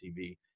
TV